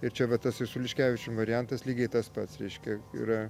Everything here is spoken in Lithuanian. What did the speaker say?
ir čia va tas ir su liškevičium variantas lygiai tas pats reiškia yra